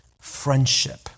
friendship